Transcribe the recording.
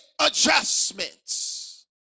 adjustments